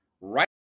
Right